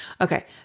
Okay